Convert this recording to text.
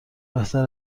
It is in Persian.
بهتر